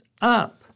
up